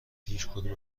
هیچکدوم